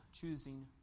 choosing